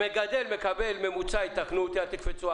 מגדלים קיימים ומגדלים חדשים.